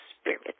spirit